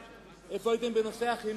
איפה הייתם בנושא הכלכלה?